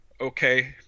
okay